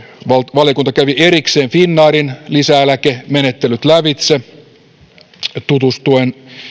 valiokunta kävi erikseen finnairin lisäeläkemenettelyt lävitse tutustuen